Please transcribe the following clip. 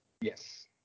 Yes